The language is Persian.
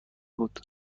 بود